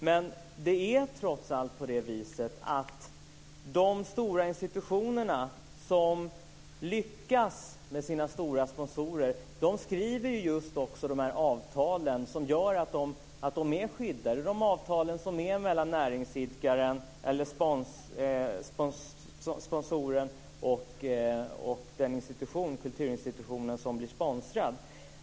Men det är trots allt på det viset att de stora institutionerna som lyckas med sina stora sponsorer också skriver just de avtal som gör att de är skyddade, de avtal som är mellan näringsidkaren, sponsoren och den kulturinstitution som blir sponsrad.